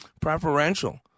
preferential